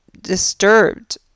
disturbed